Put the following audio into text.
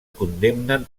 condemnen